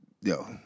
yo